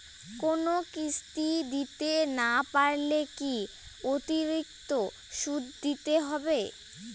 কোনো কিস্তি দিতে না পারলে কি অতিরিক্ত সুদ দিতে হবে?